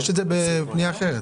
יש את זה בפנייה אחרת.